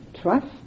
trust